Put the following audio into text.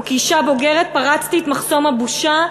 וכאישה בוגרת פרצתי את מחסום הבושה,